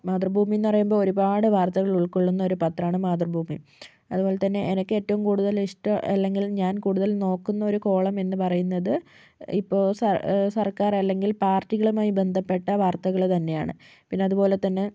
മാതൃഭൂമിയെന്ന് പറയുമ്പോൾ ഒരുപാട് വാർത്തകൾ ഉൾകൊളളുന്ന ഒരു പത്രമാണ് മാതൃഭൂമി അത്പോലെത്തന്നെ എനിക്ക് ഏറ്റവും കൂടുതൽ ഇഷ്ടം അല്ലെങ്കിൽ ഞാൻ കൂടുതൽ നോക്കുന്ന ഒരു കോളം എന്ന് പറയുന്നത് ഇപ്പോൾ സർ സർക്കാർ അല്ലെങ്കിൽ പാർട്ടികളുമായി ബന്ധപ്പെട്ട വാർത്തകൾ തന്നെയാണ് പിന്നെ അതുപോലെത്തന്നെ